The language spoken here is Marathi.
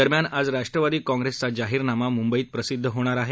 दरम्यान आज राष्ट्रवादी काँप्रेसचा जाहीरनामा मुंबईत प्रसिद्ध होणार आहे